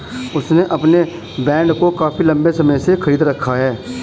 उसने अपने बॉन्ड को काफी लंबे समय से खरीद रखा है